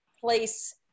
place